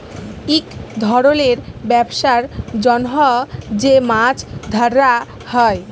ইক ধরলের ব্যবসার জ্যনহ যে মাছ ধ্যরা হ্যয়